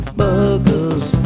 burgers